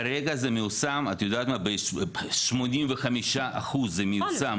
כרגע זה מיושם, את יודעת מה, 85% זה מיושם כבר.